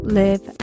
live